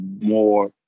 more